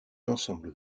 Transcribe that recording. ensemble